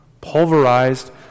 Pulverized